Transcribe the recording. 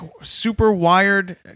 super-wired